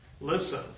Listen